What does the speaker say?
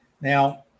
now